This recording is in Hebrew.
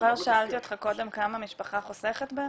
זוכר ששאלתי אותך קודם כמה משפחה חוסכת בעיניכם?